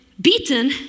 Beaten